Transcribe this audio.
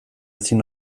ezin